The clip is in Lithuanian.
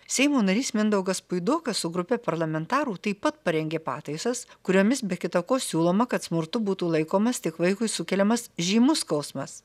seimo narys mindaugas puidokas su grupe parlamentarų taip pat parengė pataisas kuriomis be kita ko siūloma kad smurtu būtų laikomas tik vaikui sukeliamas žymus skausmas